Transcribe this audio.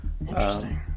Interesting